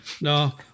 no